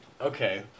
Okay